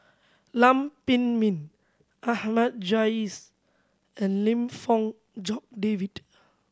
Lam Pin Min Jais and Lim Fong Jock David